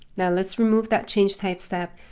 now let's remove that changed type step,